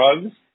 drugs